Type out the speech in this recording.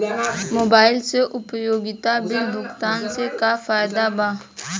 Mobile से उपयोगिता bill भुगतान से का फायदा बा?